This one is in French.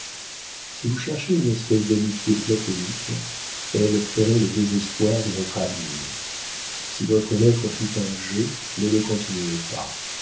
si vous cherchez une espèce d'amitié platonique elle ferait le désespoir de votre avenir si votre lettre fut un jeu ne le continuez pas